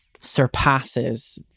surpasses